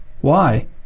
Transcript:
Why